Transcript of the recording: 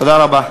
תודה רבה.